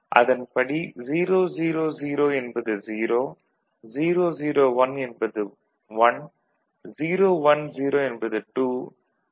அதன்படி 000 என்பது 0 001 என்பது 1 010 என்பது 2 011 என்பது 3